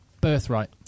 birthright